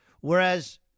Whereas